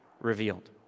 revealed